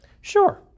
Sure